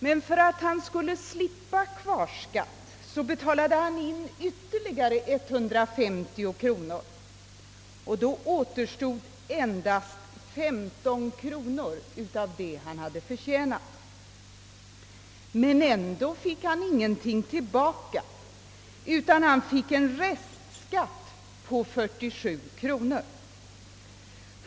Men för att han skulle slippa kvarskatt betalade han in ytterligare 150 kronor, och alltså återstod endast 15 kronor av det han hade förtjänat. Men ändå fick han ingenting tillbaka, utan han fick en kvarskatt på 47 kronor.